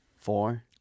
four